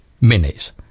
minutes